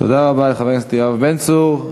תודה רבה לחבר הכנסת יואב בן צור.